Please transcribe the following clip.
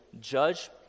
judge